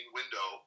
window